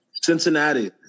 Cincinnati